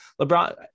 LeBron